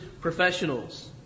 professionals